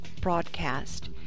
broadcast